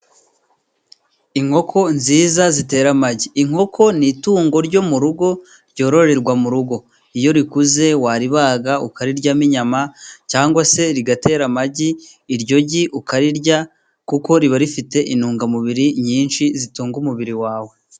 Inkoko nziza zitera amagi .Inkoko ni itungo ryo mu rugo ryororerwa mu rugo ,iyo rikuze waribaga ukariryamo inyama, cyangwa se rigatera amagi, iryo gi ukarirya kuko riba rifite intungamubiri nyinshi, zitunga umubiri wawe.